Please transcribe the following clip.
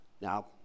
Now